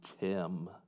Tim